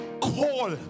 Call